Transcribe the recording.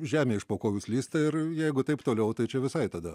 žemė iš po kojų slysta ir jeigu taip toliau tai čia visai tada